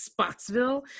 Spotsville